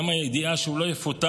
גם הידיעה שהוא לא יפוטר,